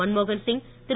Manmohan Singh Thiru